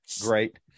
great